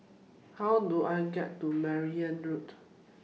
How Do I get to Merryn Road